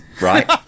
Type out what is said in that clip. right